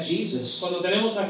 Jesus